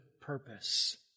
purpose